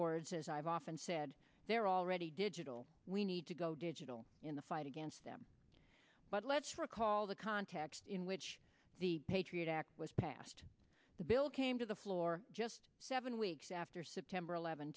words as i've often said they're already digital we need to go digital in the fight against them but let's recall the context in which the patriot act was passed the bill came to the floor just seven weeks after september eleventh